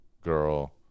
girl